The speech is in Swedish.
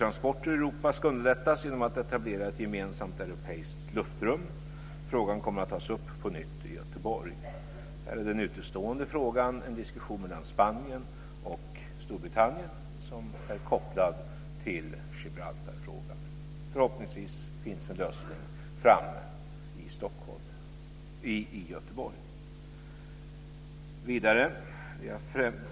Frågan kommer att tas upp på nytt i Göteborg. Den utestående frågan är en diskussion mellan Spanien och Storbritannien som är kopplad till Gibraltarfrågan. Förhoppningsvis finns en lösning fram vid Göteborgsmötet.